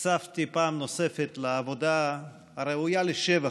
נחשפתי פעם נוספת לעבודה הראויה לשבח,